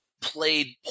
played